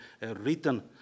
written